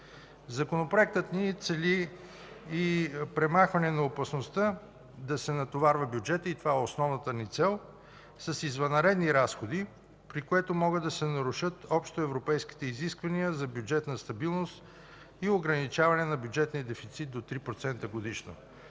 Законопроектът ни цели и премахване на опасността да се натоварва бюджетът, и това е основната ни цел, с извънредни разходи, при което могат да се нарушат общоевропейските изисквания за бюджетна стабилност и ограничаване на бюджетния дефицит на 3% годишно.